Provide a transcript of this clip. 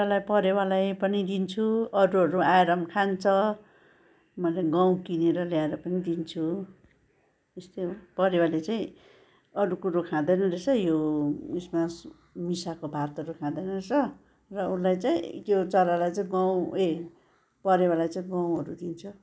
पहिला परेवालाई पनि दिन्छु अरूहरू आएर पनि खान्छ मलाई गहुँ किनेर ल्याएर पनि दिन्छु यस्तै हो परेवाले चाहिँ अरू कुरो खाँदैन रहेछ यो उइसमा मिसाको भातहरू खाँदैन रहेछ र उसलाई चाहिँ यो चरालाई चाहिँ गहुँ ए परेवालाई चाहिँ गहुँहरू दिन्छ